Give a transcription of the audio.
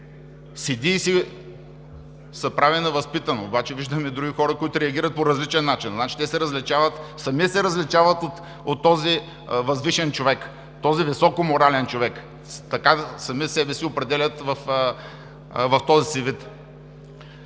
седи и се прави на възпитан. Обаче виждам и други хора, които реагират по различен начин. Значи те сами се различават от този „възвишен“ човек, от този „високо морален“ човек. Така сами себе си определят в този си вид.